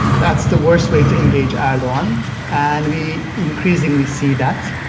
that's the worst way to engage erdogan and we increasingly see that.